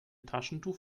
taschentuch